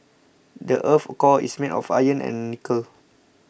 the earth's core is made of iron and nickel